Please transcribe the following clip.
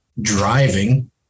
driving